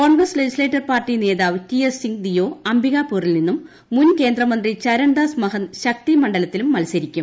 Congress legislature party നേതാവ് T S Singh Deo അംബികാപൂറിൽ നിന്നും മുൻ കേന്ദ്രമന്ത്രി ചരൺദാസ് മഹന്ദ് ശക്തി മണ്ഡലത്തിലും മത്സരിക്കും